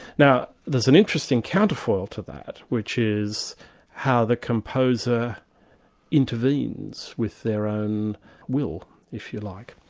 now there's an interesting counterfoil to that which is how the composer intervenes with their own will if you like.